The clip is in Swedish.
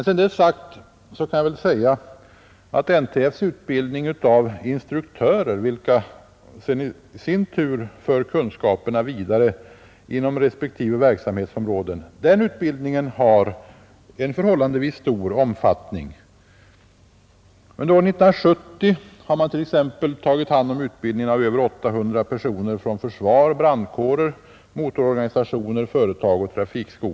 Sedan detta sagts kan jag meddela att NTF:s utbildning av instruktörer, vilka i sin tur för kunskaperna vidare inom respektive verksamhetsområden, har förhållandevis stor omfattning. Under år 1970 har man i NTF t.ex. tagit hand om utbildningen av 800 personer från försvar, brandkårer, motororganisationer, företag och trafikskolor.